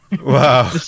Wow